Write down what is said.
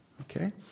Okay